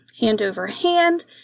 hand-over-hand